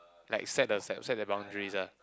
like set the set set the boundaries ah